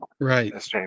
Right